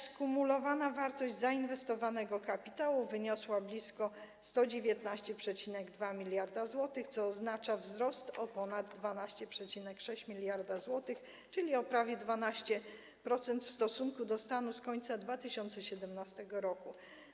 Skumulowana wartość zainwestowanego kapitału wyniosła blisko 119,2 mld zł, co oznacza wzrost o ponad 12,6 mld zł, czyli o prawie 12% w stosunku do stanu z końca 2017 r.